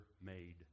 made